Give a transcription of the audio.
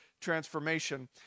transformation